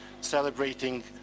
celebrating